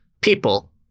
people